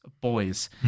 boys